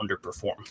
underperform